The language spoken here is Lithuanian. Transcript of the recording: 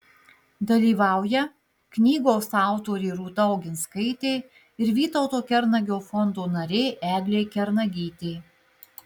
dalyvauja knygos autorė rūta oginskaitė ir vytauto kernagio fondo narė eglė kernagytė